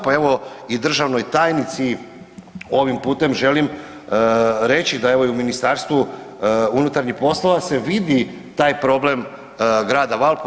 Pa evo i državnoj tajnici ovim putem želim reći da evo i u Ministarstvu unutarnjih poslova se vidi taj problem Grada Valpova.